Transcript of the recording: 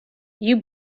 you